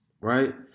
Right